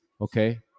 Okay